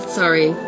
sorry